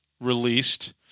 released